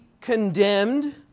condemned